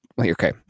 Okay